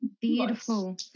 Beautiful